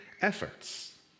efforts